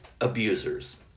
abusers